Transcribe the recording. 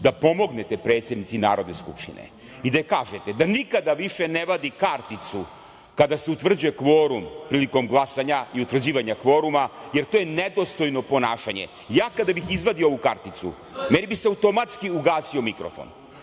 da pomognete predsednici Narodne skupštine i da joj kažete da nikada više ne vadi karticu kada se utvrđuje kvorum prilikom glasanja i utvrđivanja kvoruma, jer to je nedostojno ponašanje. Ja kada bih izvadio ovu karticu, meni bi se automatski ugasio mikrofon.